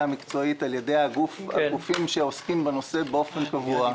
המקצועית על ידי הגופים שעוסקים בנושא באופן קבוע,